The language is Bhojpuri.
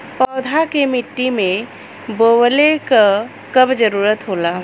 पौधा के मिट्टी में बोवले क कब जरूरत होला